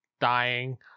dying